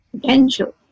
potential